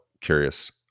curious